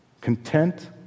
Content